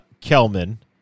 kelman